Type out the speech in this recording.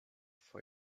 for